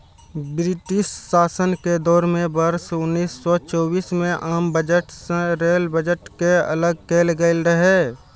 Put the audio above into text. British शासन के दौर मे वर्ष उन्नैस सय चौबीस मे आम बजट सं रेल बजट कें अलग कैल गेल रहै